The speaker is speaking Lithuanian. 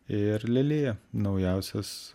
ir lelija naujausias